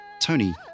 Tony